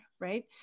right